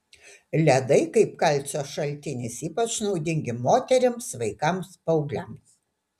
ledai kaip kalcio šaltinis ypač naudingi moterims vaikams paaugliams